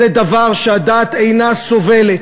זה דבר שהדעת אינה סובלת.